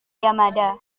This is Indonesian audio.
yamada